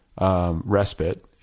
respite